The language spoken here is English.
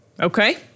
Okay